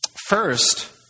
First